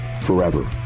forever